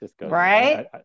right